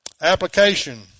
Application